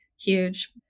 huge